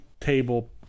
table